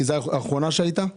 כי זאת האחרונה שהייתה?